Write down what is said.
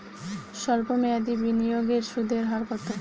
সল্প মেয়াদি বিনিয়োগের সুদের হার কত?